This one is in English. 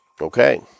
Okay